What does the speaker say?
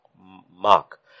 mark